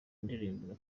indirimbo